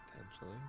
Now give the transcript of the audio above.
Potentially